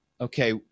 okay